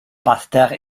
basseterre